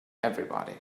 everybody